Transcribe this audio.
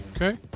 Okay